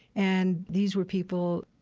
and these were people,